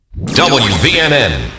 WVNN